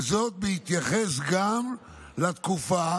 וזאת בהתייחס גם לתקופה